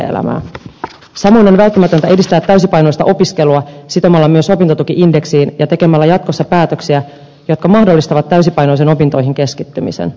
samoin on välttämätöntä edistää täysipainoista opiskelua sitomalla myös opintotuki indeksiin ja tekemällä jatkossa päätöksiä jotka mahdollistavat täysipainoisen opintoihin keskittymisen